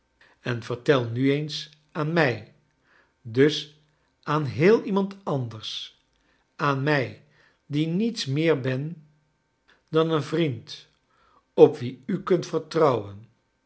en vertel nu eens aan mij dus aan heel iemand anclers aan mij die niets meer ben dan een vriend op wien u kunt vertrouwen